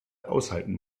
aushalten